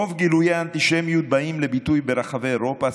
רוב גילויי האנטישמיות באים לידי ביטוי ברחבי אירופה,